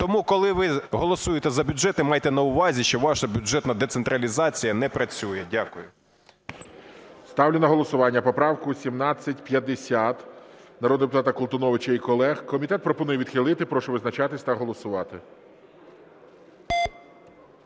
Тому коли ви голосуєте за бюджет, майте на увазі, що ваша бюджетна децентралізація не працює. Дякую. ГОЛОВУЮЧИЙ. Ставлю на голосування поправку 1750 народного депутата Колтуновича і колег. Комітет пропонує відхилити. Прошу визначатися та голосувати.